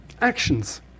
actions